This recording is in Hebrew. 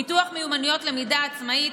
פיתוח מיומנויות למידה עצמאית,